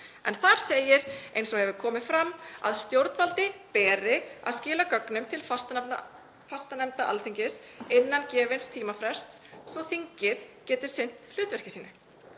En þar segir, eins og hefur komið fram, að stjórnvaldi beri að skila gögnum til fastanefnda Alþingis innan gefins tímafrests svo að þingið geti sinnt hlutverki sínu.